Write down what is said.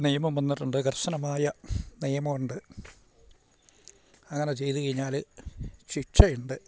നിയമം വന്നിട്ടുണ്ട് കർശനമായ നിയമം ഉണ്ട് അങ്ങനെ ചെയ്തു കഴിഞ്ഞാൽ ശിക്ഷയുണ്ട്